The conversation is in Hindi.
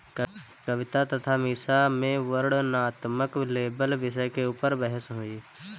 कविता तथा मीसा में वर्णनात्मक लेबल विषय के ऊपर बहस हुई